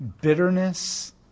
bitterness